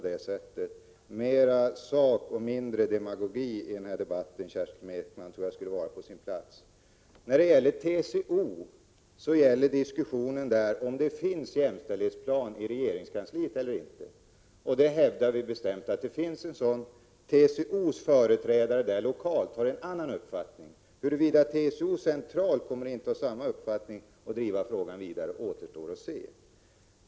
Mer saklighet och mindre demagogik, Kerstin Ekman, i denna debatt skulle vara på sin plats. Beträffande TCO gäller diskussionen om det finns en jämställdhetsplan i regeringskansliet eller inte. Vi hävdar bestämt att det finns en sådan. TCO:s företrädare lokalt har en annan uppfattning. Huruvida TCO-S centralt kommer att inta samma ståndpunkt — efter tvisteförhandlingarna — återstår att se.